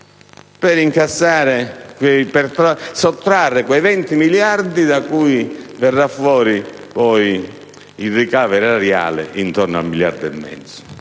da gioco per sottrarre quei 20 miliardi da cui verrà poi fuori il ricavo erariale intorno a un miliardo e mezzo.